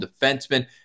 defenseman